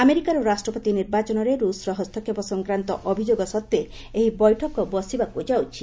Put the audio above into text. ଆମେରିକାର ରାଷ୍ଟ୍ରପତି ନିର୍ବାଚନରେ ର୍ଚଷ୍ର ହସ୍ତକ୍ଷେପ ସଂକ୍ରାନ୍ତ ଅଭିଯୋଗ ସତ୍ତେ ଏହି ବୈଠକ ବସିବାକୃ ଯାଉଛି